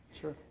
Sure